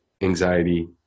anxiety